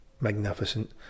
magnificent